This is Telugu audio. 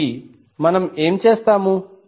కాబట్టి మనము ఏమి చేస్తాము